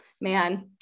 man